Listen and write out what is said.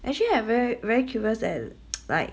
actually I very very curious leh like